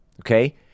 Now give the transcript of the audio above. Okay